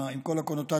עם כל הקונוטציות,